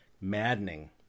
maddening